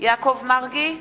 יעקב מרגי,